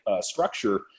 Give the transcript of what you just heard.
structure